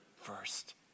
first